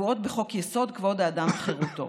הקבועות בחוק-יסוד: כבוד האדם וחירותו".